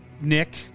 Nick